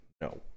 No